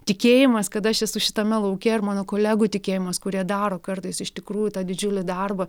tikėjimas kad aš esu šitame lauke ir mano kolegų tikėjimas kurie daro kartais iš tikrųjų tą didžiulį darbą